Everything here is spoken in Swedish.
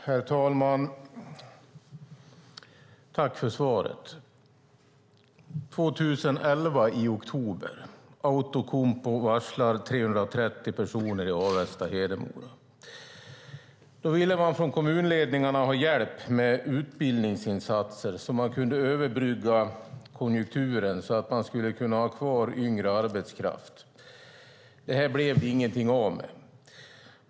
Herr talman! Jag tackar för svaret. I oktober 2011 varslade Outokumpu 330 personer i Avesta och Hedemora. Då ville kommunledningarna ha hjälp med utbildningsinsatser, så att man skulle kunna överbrygga konjunkturen och behålla yngre arbetskraft. Det blev inget av detta.